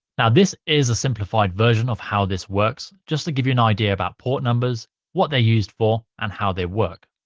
now this is a simplified version of how this works just to give you an idea about port numbers what they're used for and how they work.